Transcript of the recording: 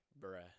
bruh